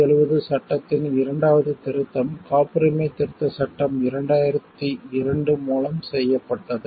1970 சட்டத்தின் இரண்டாவது திருத்தம் காப்புரிமை திருத்தச் சட்டம் 2002 மூலம் செய்யப்பட்டது